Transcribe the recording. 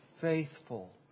faithful